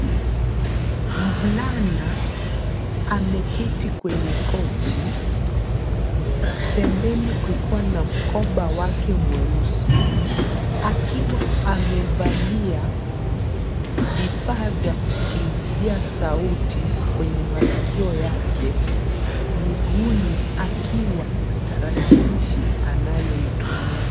Mvulana ameketi kwenye kochi pembeni kukiwa na mkoba wake mweusi akiwa amevalia vifaa vya kusikilizia sauti kwenye masikio yake, miguuni akiwa na tarakilishi anayoitumia.